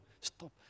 stop